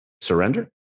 surrender